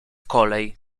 kolej